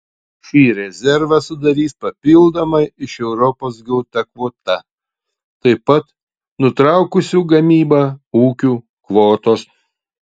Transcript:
šį rezervą sudarys papildomai iš europos gauta kvota taip pat nutraukusių gamybą ūkių kvotos